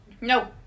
no